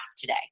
today